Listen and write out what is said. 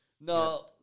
No